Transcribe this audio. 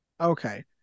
okay